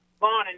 Morning